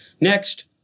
Next